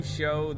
show